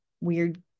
weird